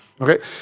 Okay